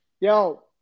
Yo